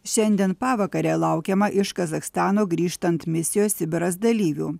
šiandien pavakare laukiama iš kazachstano grįžtant misijos sibiras dalyvių